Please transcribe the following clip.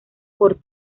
por